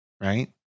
right